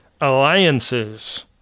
alliances